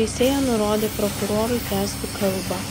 teisėja nurodė prokurorui tęsti kalbą